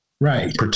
Right